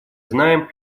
знаем